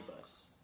bus